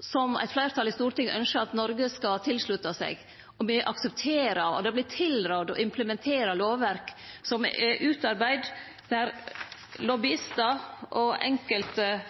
som eit fleirtal i Stortinget ønskjer at Noreg skal slutte seg til ved å akseptere – og det vert tilrådd – å implementere lovverk som er utarbeidd der